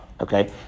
okay